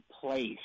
place